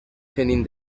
turning